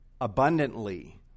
Abundantly